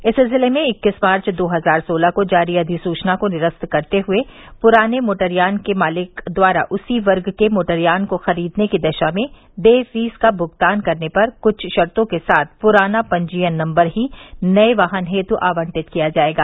इस सिलसिले में इक्कीस मार्च दो हजार सोलह को जारी अधिसूचना को निरस्त करते हुए पुराने मोटरयान के मालिक द्वारा उसी वर्ग के मोटरयान को खरीदने की दशा में देय फीस का भुगतान करने पर कुछ शर्तो के साथ पुराना पंजीयन नम्बर ही नये वाहन हेतु आवंटित किया जायेगा